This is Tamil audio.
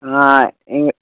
ஆ எங்கள்